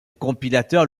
compilateur